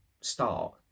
start